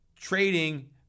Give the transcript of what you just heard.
trading